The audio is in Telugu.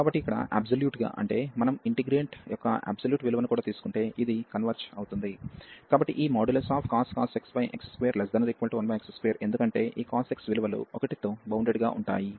కాబట్టి ఇక్కడ అబ్సొల్యూట్ గా అంటే మనం ఇంటిగ్రేంట్ యొక్క అబ్సొల్యూట్ విలువను కూడా తీసుకుంటే ఇది కన్వర్జ్ అవుతుంది కాబట్టి ఈ cos x x21x2 ఎందుకంటే ఈ cos x విలువలు 1 తో బౌండెడ్ గా ఉంటాయి